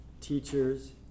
Teachers